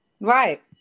Right